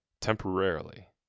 temporarily